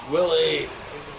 Willie